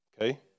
okay